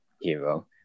hero